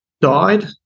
died